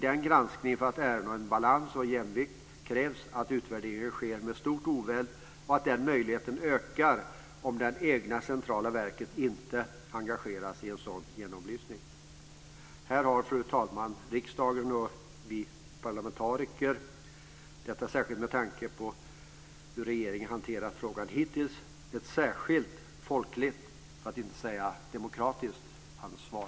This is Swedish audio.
I granskningen för att ernå balans och jämvikt krävs att utvärderingen sker med stor oväld, och den möjligheten ökar om det egna centrala verket inte engageras i en sådan genomlysning. Här, fru talman, har riksdagen och vi parlamentariker, särskilt med tanke på hur regeringen hanterat frågan hittills, ett särskilt folkligt, för att inte säga demokratiskt, ansvar.